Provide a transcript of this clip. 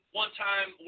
one-time